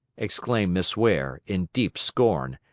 exclaimed miss ware, in deep scorn,